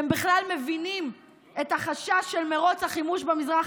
אתם בכלל מבינים את החשש של מרוץ החימוש במזרח